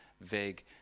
vague